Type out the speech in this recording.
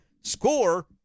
score